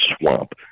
swamp